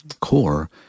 core